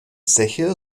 zeche